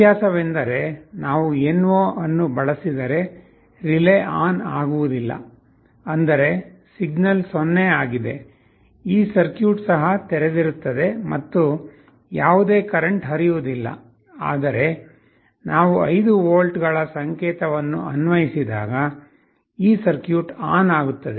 ವ್ಯತ್ಯಾಸವೆಂದರೆ ನಾವು NO ಅನ್ನು ಬಳಸಿದರೆ ರಿಲೇ ಆನ್ ಆಗಿರುವುದಿಲ್ಲ ಅಂದರೆ ಸಿಗ್ನಲ್ 0 ಆಗಿದೆ ಈ ಸರ್ಕ್ಯೂಟ್ ಸಹ ತೆರೆದಿರುತ್ತದೆ ಮತ್ತು ಯಾವುದೇ ಕರೆಂಟ್ ಹರಿಯುವುದಿಲ್ಲ ಆದರೆ ನಾವು 5 ವೋಲ್ಟ್ಗಳ ಸಂಕೇತವನ್ನು ಅನ್ವಯಿಸಿದಾಗ ಈ ಸರ್ಕ್ಯೂಟ್ ಆನ್ ಆಗುತ್ತದೆ